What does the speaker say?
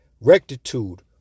rectitude